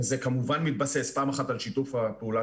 וזה כמובן מתבסס פעם אחת על שיתוף הפעולה